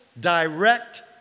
direct